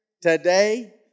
Today